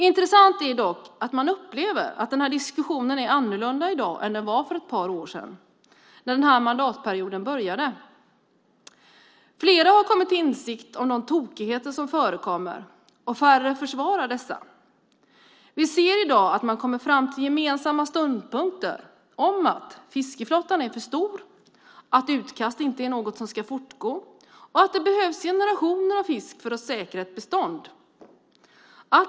Intressant är dock att man upplever att diskussionen är annorlunda än vad den var för ett par år sedan när mandatperioden började. Flera har kommit till insikt om de tokigheter som förekommer och färre försvarar dessa. Vi ser i dag att man kommer fram till gemensamma ståndpunkter om att fiskeflottan är för stor och att utkast inte är något som ska fortgå. Det behövs generationer av fisk för att säkra ett bestånd.